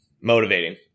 motivating